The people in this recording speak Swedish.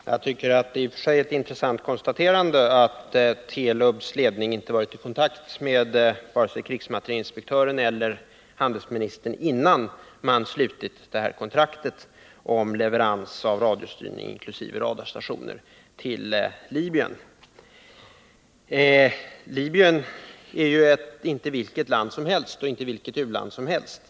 Herr talman! Jag tycker att det i och för sig är ett intressant konstaterande att Telubs ledning inte varit i kontakt med vare sig krigsmaterielinspektören eller handelsministern innan man slutit detta kontrakt om leverans av radiostyrning inkl. radarstationer till Libyen. Libyen är ju inte vilket land som helst och inte vilket u-land som helst.